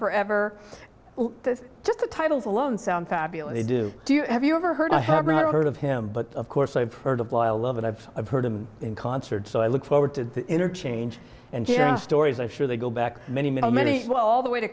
forever just the titles alone sound fabulous they do do you have you ever heard i haven't heard of him but of course i've heard of boy love it i've heard him in concert so i look forward to interchange and stories i'm sure they go back many many many well all the way to